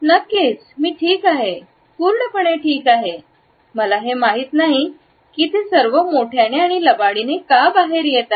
नक्कीच मी ठीक आहे पूर्णपणे ठीक आहे मला हे माहित नाही की ते सर्व मोठ्याने आणि लबाडीने का बाहेर येत आहे